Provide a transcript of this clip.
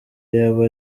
yaba